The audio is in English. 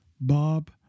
Bob